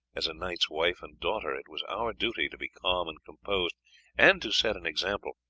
as a knight's wife and daughter it was our duty to be calm and composed and to set an example,